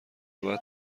بعد